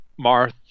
Marth